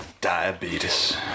Diabetes